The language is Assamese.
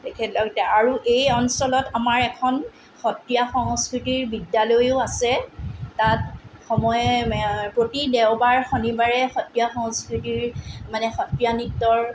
তেখেতলোক আৰু এই অঞ্চলত আমাৰ এখন সত্ৰীয়া সংস্কৃতিৰ বিদ্যালয়ো আছে তাত সময়ে প্ৰতি দেওবাৰ শনিবাৰে সত্ৰীয়া সংস্কৃতিৰ মানে সত্ৰীয়া নৃত্যৰ